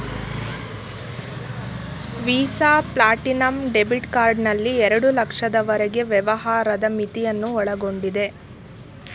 visa platinum debit card ನಲ್ಲಿ ಎರಡು ಲಕ್ಷದವರೆಗೆ ವ್ಯವಹಾರದ ಮಿತಿಯನ್ನು ಒಳಗೊಂಡಿದೆ